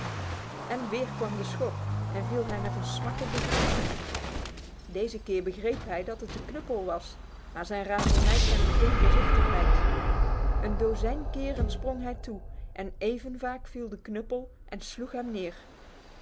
en weer kwam de schok en viel hij met een smak op de grond deze keer begreep hij dat het de knuppel was maar zijn razernij kende geen voorzichtigheid een dozijn keren sprong hij toe en even vaak viel de knuppel en sloeg hem neer